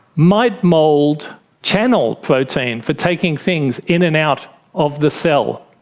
might mould channel protein for taking things in and out of the cell.